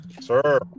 Sir